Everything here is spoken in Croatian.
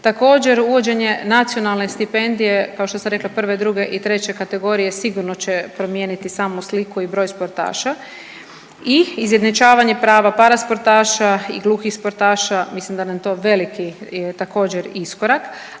također, uvođenje nacionalne stipendije, kao što sam rekla 1., 2. i 3. kategorije sigurno će promijeniti samu sliku i broj sportaša i izjednačavanje prava parasportaša i gluhih sportaša, mislim da nam to veliki također, iskorak,